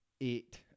eight